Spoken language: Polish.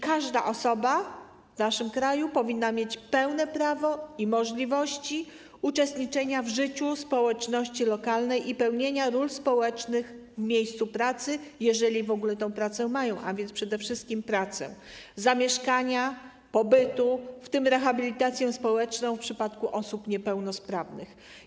Każda osoba w naszym kraju powinna mieć pełne prawo i możliwości uczestniczenia w życiu społeczności lokalnej i pełnienia ról społecznych w miejscu pracy, jeżeli w ogóle tę pracę ma - a więc przede wszystkim powinna mieć pracę - miejscu zamieszkania, pobytu, w tym rehabilitację społeczną w przypadku osób niepełnosprawnych.